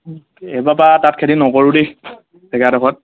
এইবাৰ তাত তাত খেতি নকৰোঁ দেই জেগাডোখত